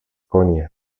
koně